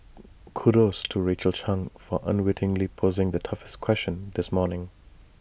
kudos to Rachel chang for unwittingly posing the toughest question this morning